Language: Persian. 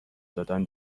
دادن